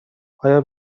آیا